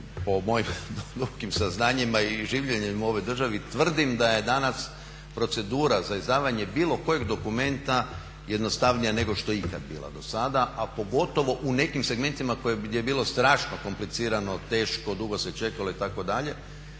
po mojim dubokim saznanjima i življenjem u ovoj državi tvrdim da je danas procedura za izdavanje bilo kojeg dokumenta jednostavnija nego što je ikad bila do sada a pogotovo u nekim segmentima gdje je bilo strašno komplicirano, teško, dugo se čekalo itd….